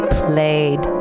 played